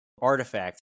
artifact